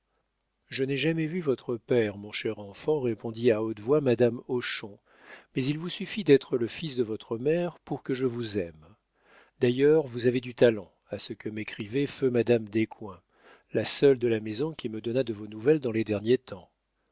je n'ai jamais vu votre père mon cher enfant répondit à haute voix madame hochon mais il vous suffit d'être le fils de votre mère pour que je vous aime d'ailleurs vous avez du talent à ce que m'écrivait feu madame descoings la seule de la maison qui me donnât de vos nouvelles dans les derniers temps